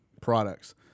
products